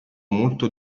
molto